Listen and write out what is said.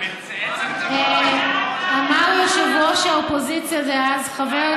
לא רק זה, אמר יושב-ראש האופוזיציה דאז,